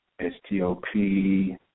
S-T-O-P